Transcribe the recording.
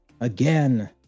again